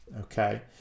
okay